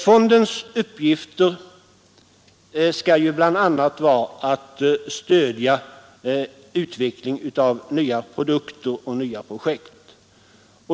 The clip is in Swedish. Fondens uppgifter skall bl.a. vara att stödja utveckling av nya produkter och nya projekt.